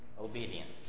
obedience